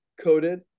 coated